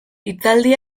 hitzaldi